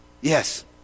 Yes